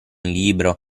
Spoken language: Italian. libro